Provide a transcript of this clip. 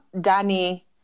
Danny